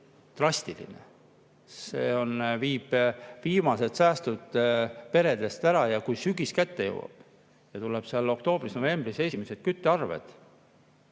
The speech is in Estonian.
drastiline. See viib viimased säästud peredest ära ja kui sügis kätte jõuab ja tulevad oktoobris-novembris esimesed küttearved,